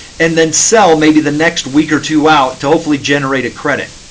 and then sell maybe the next week or two out to hopefully generate a credit.